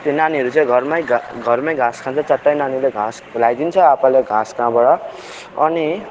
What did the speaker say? त्यो नानीहरू चाहिँ घरमै घाँ घरमै घाँस खान्छ चारवटा नानीलाई घाँस खिलाइदिन्छ आप्पाले घाँस कहाँबाट अनि